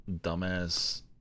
dumbass